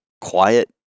quiet